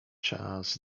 czas